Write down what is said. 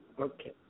Okay